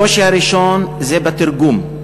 הקושי הראשון זה בתרגום.